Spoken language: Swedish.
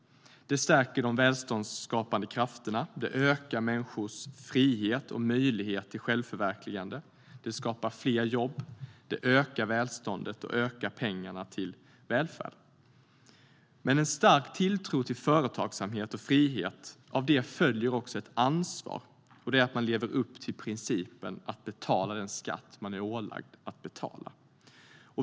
Det stärker de välståndsskapande krafterna. Det ökar människors frihet och möjlighet till självförverkligande. Det skapar fler jobb. Det ökar välståndet och ger mer pengar till välfärden. Men med stark tilltro till företagsamhet och frihet följer ett ansvar, och det är att man lever upp till principen att betala den skatt man är ålagd att betala.